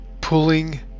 pulling